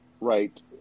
right